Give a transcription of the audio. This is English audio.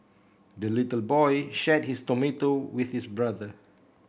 the little boy shared his tomato with his brother